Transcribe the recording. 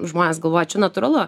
žmonės galvoja čia natūralu